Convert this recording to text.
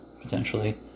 potentially